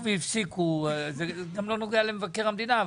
זה גם לא נוגע למבקר המדינה,